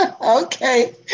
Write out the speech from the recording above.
Okay